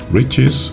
riches